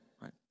right